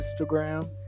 Instagram